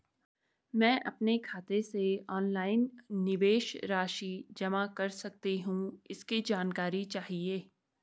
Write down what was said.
मैं अपने खाते से ऑनलाइन निवेश राशि जमा कर सकती हूँ इसकी जानकारी चाहिए?